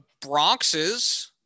Bronxes